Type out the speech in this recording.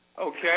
Okay